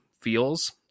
feels